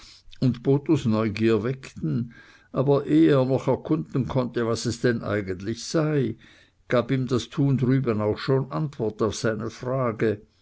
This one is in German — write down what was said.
und bothos neugier weckten aber eh er noch erkunden konnte was es denn eigentlich sei gab ihm das tun drüben auch schon antwort auf seine frage